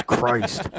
Christ